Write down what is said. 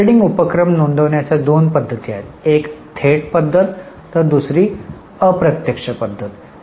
operating उपक्रम नोंदविण्याच्या दोन पद्धती आहेत एक थेट पद्धत आहे तर दुसरी अप्रत्यक्ष पद्धत आहे